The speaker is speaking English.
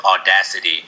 audacity